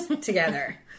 together